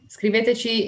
Scriveteci